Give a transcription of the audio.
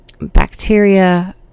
bacteria